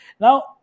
now